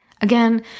Again